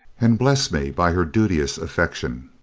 and bless me by her duteous affection.